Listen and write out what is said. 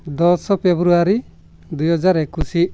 ଦଶ ଫେବୃଆରୀ ଦୁଇ ହଜାର ଏକୋଇଶ